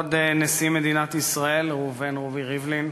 כבוד נשיא מדינת ישראל ראובן רובי ריבלין,